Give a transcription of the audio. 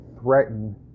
threaten